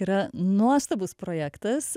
yra nuostabus projektas